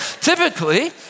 typically